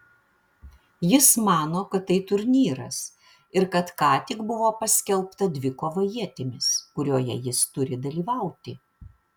jis mano kad tai turnyras ir kad ką tik buvo paskelbta dvikova ietimis kurioje jis turi dalyvauti